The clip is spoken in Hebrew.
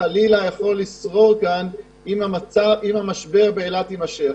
שיכול לשרור באילת אם המשבר יימשך.